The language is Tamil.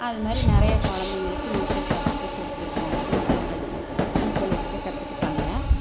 அது மாதிரி நிறைய கொழந்தைங்களுக்கு நீச்சல் கற்றுக்க கொடுத்துருக்கோம் நீச்சல் கடி நீச்சல் அடிக்க கற்றுக்கிட்டாங்க